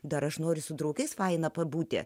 dar aš noriu su draugais faina pabūti